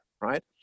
right